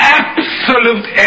absolute